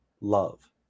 love